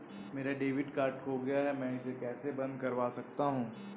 मेरा debit card खो गया है मैं इसे कैसे बंद करवा सकता हूँ?